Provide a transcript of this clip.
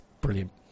brilliant